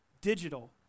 digital